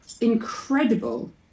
incredible